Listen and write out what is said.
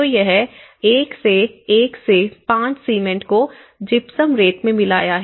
तो यह 1 1 5 सीमेंट को जिप्सम रेत में मिलाया है